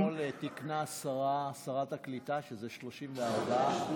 אתמול תיקנה שרת הקליטה שזה 34%,